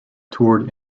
toured